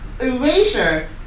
erasure